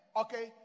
okay